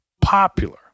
popular